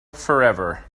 forever